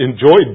enjoyed